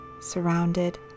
surrounded